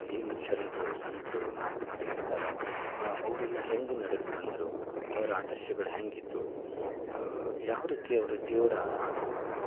ಏನು ಶರಣರು ಸಂತರು ಮಹಾತ್ಮರು ಏನು ಇದಾರ ಅವರೆಲ್ಲ ಹೆಂಗೆ ನಡೆದು ಬಂದರು ಅವ್ರ ಆದರ್ಶಗಳು ಹ್ಯಾಂಗಿದ್ದು ಯಾವ್ ರೀತಿ ಅವರು ದೇವರು ಆದರು